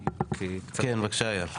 כן בבקשה אייל.